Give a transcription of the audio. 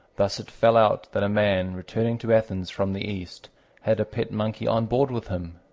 thus it fell out that a man returning to athens from the east had a pet monkey on board with him.